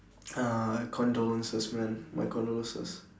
uh condolences man my condolences